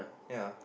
ya